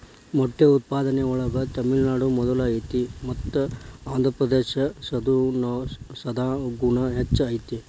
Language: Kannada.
ಮೊಟ್ಟೆ ಉತ್ಪಾದನೆ ಒಳಗ ತಮಿಳುನಾಡು ಮೊದಲ ಐತಿ ಮತ್ತ ಆಂದ್ರಪ್ರದೇಶದಾಗುನು ಹೆಚ್ಚ ಐತಿ